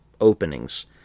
openings